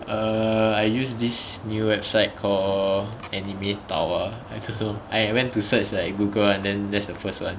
err I use this new website call anime tower I don't know I went to search like google and then that's the first [one]